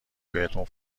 بهتون